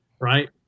Right